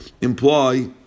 imply